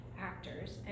actors